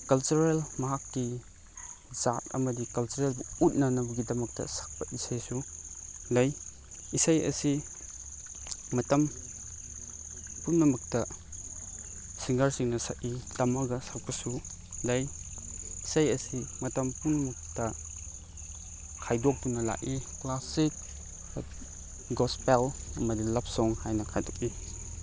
cultural ꯃꯍꯥꯛꯀꯤ ꯖꯥꯠ ꯑꯃꯗꯤ ꯀꯜꯆꯔꯦꯜꯕꯨ ꯎꯠꯅꯅꯕꯒꯤꯗꯃꯛꯇ ꯁꯛꯄ ꯏꯁꯩꯁꯨ ꯂꯩ ꯏꯁꯩ ꯑꯁꯤ ꯃꯇꯝ ꯄꯨꯝꯅꯃꯛꯇ ꯁꯤꯡꯒꯔꯁꯤꯡꯅ ꯁꯛꯏ ꯇꯝꯃꯒ ꯁꯛꯄꯁꯨ ꯂꯩ ꯏꯁꯩ ꯑꯁꯤ ꯃꯇꯝ ꯄꯨꯝꯅꯃꯛꯇ ꯈꯥꯏꯗꯣꯛꯇꯨꯅ ꯂꯥꯛꯏ ꯀ꯭ꯂꯥꯁꯤꯛ ꯒꯣꯁꯄꯦꯜ ꯑꯃꯗꯤ ꯂꯞ ꯁꯣꯡ ꯍꯥꯏꯅ ꯈꯥꯏꯗꯣꯛꯏ